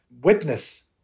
witness